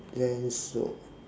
then so